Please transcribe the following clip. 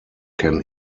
can